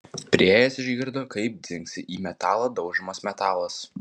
priėjęs išgirdo kaip dzingsi į metalą daužomas metalas